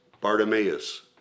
Bartimaeus